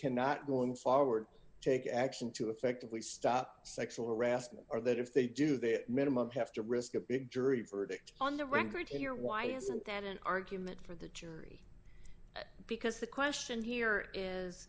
cannot going forward take action to effectively stop sexual harassment or that if they do their minimum have to risk a big jury verdict on the record here why isn't that an argument for the chief because the question here is